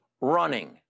running